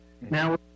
Now